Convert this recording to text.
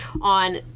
on